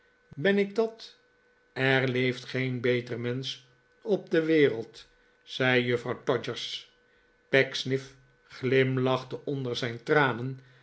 ben ik dat er leeft geen beter mensch op de wereld zei juffrouw todgers pecksniff glimlachte onder zijn tranen